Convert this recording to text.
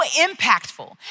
impactful